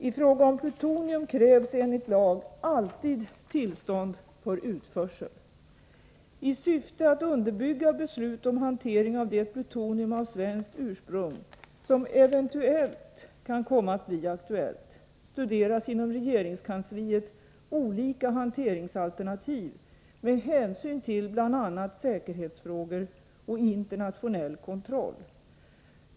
I fråga om plutonium krävs enligt lag alltid tillstånd för utförsel. I syfte att underbygga beslut om hantering av det plutonium av svenskt ursprung, som eventuellt kan komma att bli aktuellt, studeras inom regeringskansliet olika hanteringsalternativ med hänsyn till bl.a. säkerhetsfrågor och internationell kontroll.